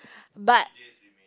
but